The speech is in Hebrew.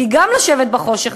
כי גם לשבת בחושך,